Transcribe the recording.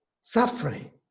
Suffering